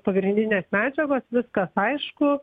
pagrindinės medžiagos viskas aišku